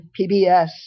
PBS